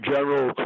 General